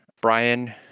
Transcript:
Brian